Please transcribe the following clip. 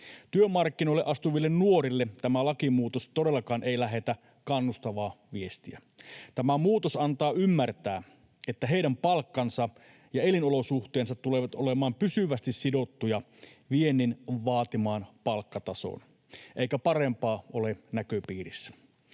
Työmarkkinoille astuville nuorille tämä lakimuutos todellakaan ei lähetä kannustavaa viestiä. Tämä muutos antaa ymmärtää, että heidän palkkansa ja elinolosuhteensa tulevat olemaan pysyvästi sidottuja viennin vaatimaan palkkatasoon, eikä parempaa ole näköpiirissä.